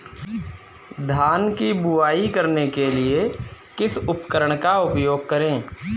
धान की बुवाई करने के लिए किस उपकरण का उपयोग करें?